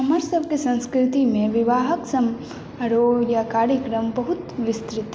हमर सबके संस्कृतिमे विवाहक समारोह या कार्यक्रम बहुत विस्तृत अछि